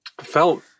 felt